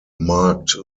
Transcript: marked